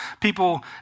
people